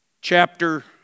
chapter